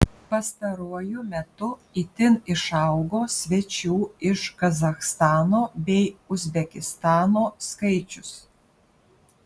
pastaruoju metu itin išaugo svečių iš kazachstano bei uzbekistano skaičius